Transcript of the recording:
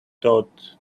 thought